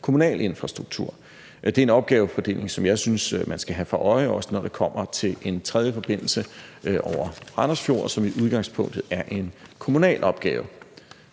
kommunal infrastruktur. Det er en opgavefordeling, som jeg synes man skal have for øje, også når det kommer til en tredje forbindelse over Randers Fjord, som i udgangspunktet er en kommunal opgave.